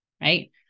right